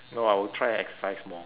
no I will try and exercise more